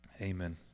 Amen